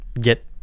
get